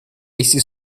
essi